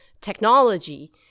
technology